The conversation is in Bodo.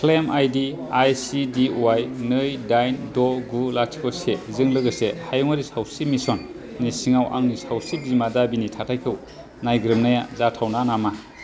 क्लेम आइडि आइसिडिवाइ नै दाइन द गु लाथिख से जों लोगोसे हायुङारि सावस्रि मिसन नि सिङाव आंनि सावस्रि बीमा दाबिनि थाथायखौ नायग्रोमनाया जाथावना नामा